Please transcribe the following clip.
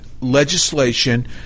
legislation